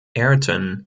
ayrton